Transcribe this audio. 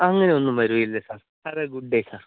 അങ്ങനെയൊന്നും വരികയില്ല sir have a good day sir